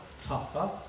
tougher